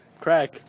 crack